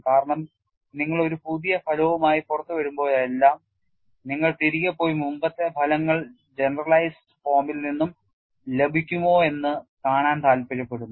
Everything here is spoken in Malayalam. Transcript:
കാരണം നിങ്ങൾ ഒരു പുതിയ ഫലവുമായി പുറത്തുവരുമ്പോഴെല്ലാം നിങ്ങൾ തിരികെ പോയി മുമ്പത്തെ ഫലങ്ങൾ ജനറലൈസ്ഡ് ഫോമിൽ നിന്നും ലഭിക്കുമോയെന്ന് കാണാൻ താൽപ്പര്യപ്പെടുന്നു